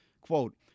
quote